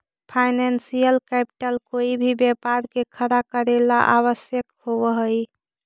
financial capital कोई भी व्यापार के खड़ा करेला ला आवश्यक होवऽ हई